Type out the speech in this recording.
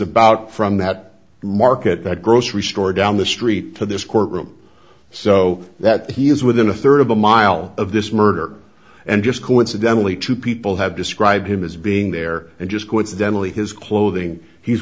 about from that market grocery store down the street to this courtroom so that he is within a third of a mile of this murder and just coincidentally two people have described him as being there and just coincidentally his clothing he's